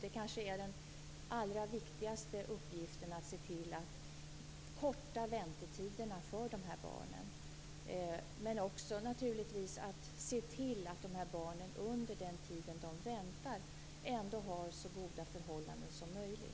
Det är den kanske allra viktigaste uppgiften, men vi skall också se till att de här barnen under den tid när de väntar har så goda förhållanden som möjligt.